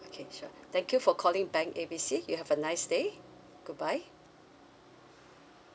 okay sure thank you for calling bank A B C hope you have a nice day goodbye